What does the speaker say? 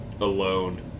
alone